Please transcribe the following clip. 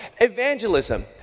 Evangelism